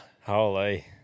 Holy